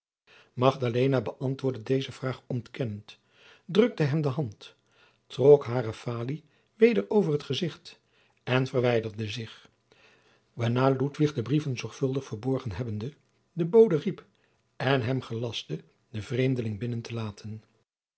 bëantwoordde deze vraag ontkennend drukte hem de hand trok hare falie weder over t gezicht en verwijderde zich waarna ludwig de brieven zorgvuldig verborgen hebbende den bode riep en hem gelastte den vreemdeling binnen te laten